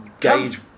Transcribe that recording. gauge